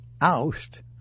oust